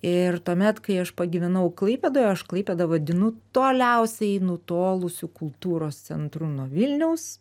ir tuomet kai aš pagyvenau klaipėdoje aš klaipėdą vadinu toliausiai nutolusiu kultūros centru nuo vilniaus